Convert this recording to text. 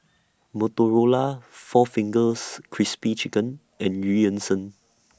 Motorola four Fingers Crispy Chicken and EU Yan Sang